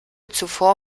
zuvor